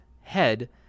head